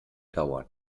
dauern